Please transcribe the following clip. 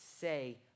say